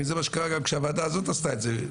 הרי זה מה שקרה גם כשהוועדה הזאת עשתה את זה: